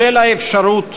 בשל האפשרות